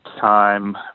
time